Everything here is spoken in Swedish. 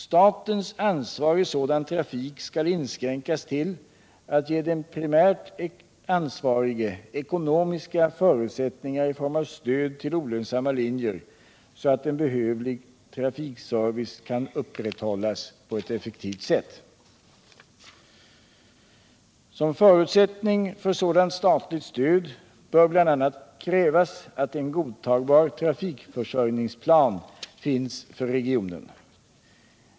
Statens ansvar i sådan trafik skall inskränkas till att ge den primärt ansvarige ekonomiska förutsättningar i form av stöd till olönsamma linjer, så att en behövlig trafikservice kan upprätthållas på ett effektivt sätt. Som förutsättning för sådant statligt stöd bör bl.a. krävas att en godtagbar trafikförsörjningsplan finns för regionen.